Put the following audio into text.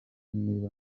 niba